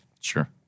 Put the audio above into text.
Sure